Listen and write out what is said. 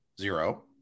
zero